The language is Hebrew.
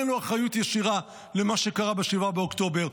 אין לו אחריות ישירה למה שקרה ב-7 באוקטובר.